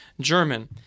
German